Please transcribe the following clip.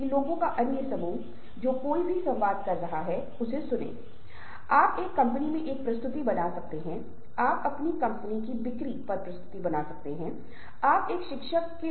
तो यह एक प्रकार का प्रतीकात्मक कार्य है यह मुस्कान अपने आप में यह नहीं बताती है कि आप खुश हैं लेकिन यह एक सामाजिक कार्य है